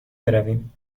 برویم